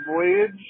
Voyage